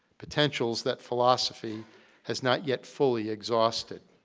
potentials that philosophy has not yet fully exhausted.